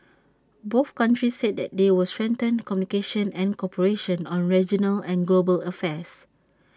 both countries said that they will strengthen communication and cooperation on regional and global affairs